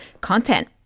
content